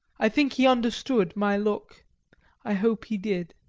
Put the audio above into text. i think he understood my look i hope he did.